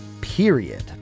period